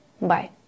bye